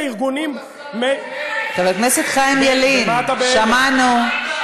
מילא ארגונים, חבר הכנסת חיים ילין, שמענו.